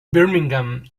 birmingham